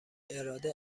اراده